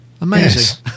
Amazing